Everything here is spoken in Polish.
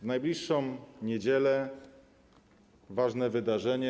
W najbliższą niedzielę ważne wydarzenie.